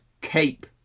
cape